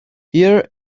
here